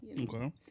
Okay